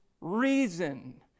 reason